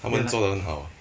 他们做的很好